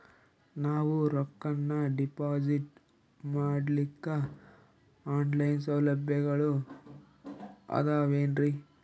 ನಾವು ರೊಕ್ಕನಾ ಡಿಪಾಜಿಟ್ ಮಾಡ್ಲಿಕ್ಕ ಆನ್ ಲೈನ್ ಸೌಲಭ್ಯಗಳು ಆದಾವೇನ್ರಿ?